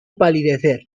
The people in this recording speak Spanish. palidecer